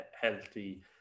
healthy